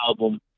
album